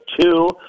two